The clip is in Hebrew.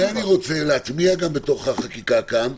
את זה אני רוצה להטמיע בתוך החקיקה כאן.